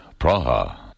Praha